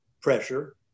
pressure